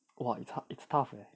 !wah! it's hard it's tough leh